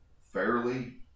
fairly